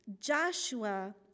Joshua